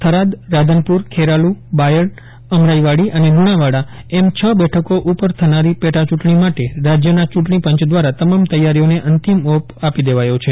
થરાદરાધનપુર ખેરાલુ બાયડ અમરાઇવાડી અને લુણાવાડા એમ છ બેઠકો પર થનારી પેટા ચૂંટણી માટે રાજયના ચૂંટણી પંચ દવારા તમામ તૈયારીઓને અંતિમ ઓપ આપી દેવાયો છે